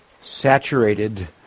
saturated